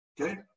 Okay